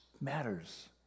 matters